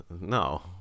No